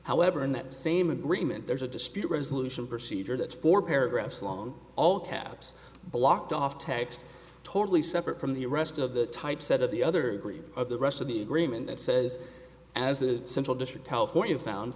however in that same agreement there's a dispute resolution procedure that's four paragraphs long all caps blocked off text totally separate from the rest of the typesetter the other of the rest of the agreement that says as the central district california